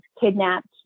kidnapped